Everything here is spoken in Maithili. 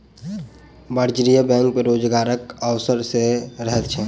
वाणिज्यिक बैंक मे रोजगारक अवसर सेहो रहैत छै